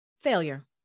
Failure